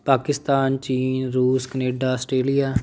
ਪਾਕਿਸਤਾਨ ਚੀਨ ਰੂਸ Canada Australia